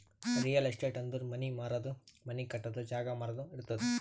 real estate ಅಂದುರ್ ಮನಿ ಮಾರದು, ಮನಿ ಕಟ್ಟದು, ಜಾಗ ಮಾರಾದು ಇರ್ತುದ್